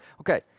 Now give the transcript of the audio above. Okay